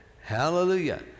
Hallelujah